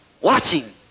Watching